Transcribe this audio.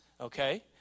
Okay